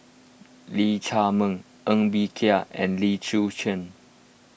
Lee Chiaw Meng Ng Bee Kia and Lim Chwee Chian